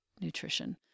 nutrition